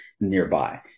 nearby